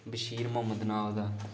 बशीर मुहम्मद नांऽ ओह्दा